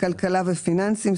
כלכלה ופיננסים,